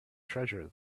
treasure